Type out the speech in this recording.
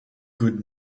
good